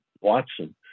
Watson